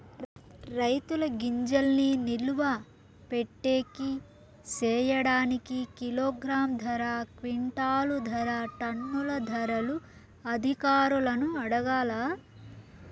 రైతుల గింజల్ని నిలువ పెట్టేకి సేయడానికి కిలోగ్రామ్ ధర, క్వింటాలు ధర, టన్నుల ధరలు అధికారులను అడగాలా?